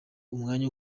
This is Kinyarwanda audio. umwanya